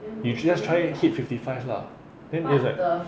you just try hit fifty five lah then she's like